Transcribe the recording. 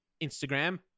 Instagram